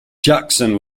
jackson